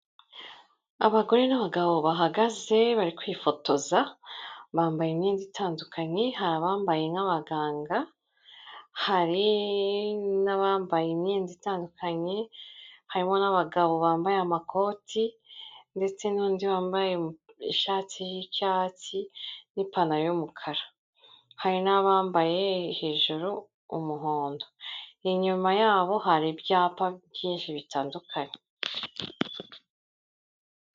Abagore n'abagabo bahagaze bari kwifotoza, bambaye imyenda itandukanye hari abambaye nk'abaganga, hari n'abambaye imyenda itandukanye, harimo n'abagabo bambaye amakoti ndetse n'undi wambaye ishati y'icyatsi n'ipantaro y'umukara, hari n'abambaye hejuru umuhondo, inyuma yabo hari ibyapa byinshi bitandukanye.